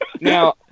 Now